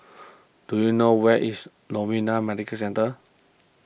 do you know where is Novena Medical Centre